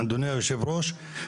אדוני יושב הראש,